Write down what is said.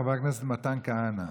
חבר הכנסת מתן כהנא.